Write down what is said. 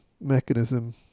mechanism